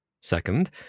Second